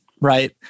right